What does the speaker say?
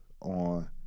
on